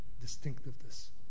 distinctiveness